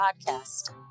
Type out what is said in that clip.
Podcast